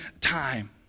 time